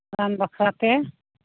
ᱨᱟᱱ ᱵᱟᱠᱷᱨᱟ ᱛᱮ